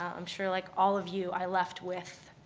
i'm sure like all of you i left with,